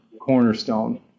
Cornerstone